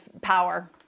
power